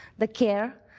the care,